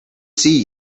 see